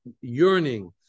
yearning